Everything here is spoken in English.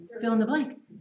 fill-in-the-blank